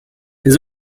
his